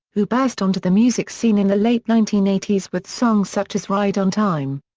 who burst on to the music scene in the late nineteen eighty s with songs such as ride on time.